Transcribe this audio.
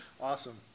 Awesome